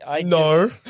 No